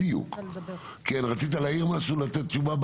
כן, רצית להעיר משהו לתת תשובה?